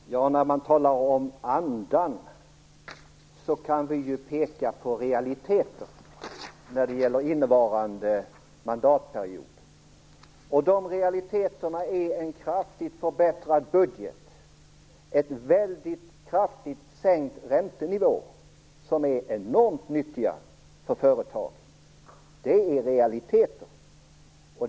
Fru talman! När vi nu talar om andan kan man ju också peka på realiteter när det gäller innevarande mandatperiod. De realiteterna är en kraftigt förbättrad budget och en väldigt kraftigt sänkt räntenivå. Detta är enormt nyttigt för företag. Det är realiteter.